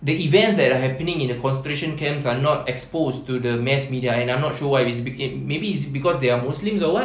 the events that are happening in the concentration camps are not exposed to the mass media and I'm not sure why it's became maybe it's cause they are muslims or what